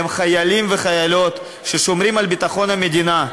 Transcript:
חיילים וחיילות ששומרים על ביטחון המדינה.